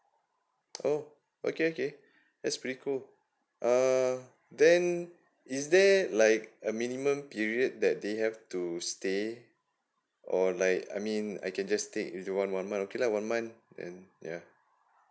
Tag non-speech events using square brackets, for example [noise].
oh okay okay [breath] that's pretty cool uh then [breath] is there like a minimum period that they have to stay or like I mean I can just take with the one one month okay lah one month and yeah